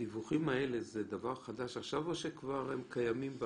אנחנו צריכים לא להיסחף,